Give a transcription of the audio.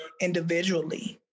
individually